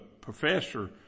professor